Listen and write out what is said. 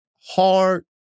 hard